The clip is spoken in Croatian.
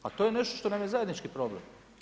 A to je nešto što nam je zajednički problem.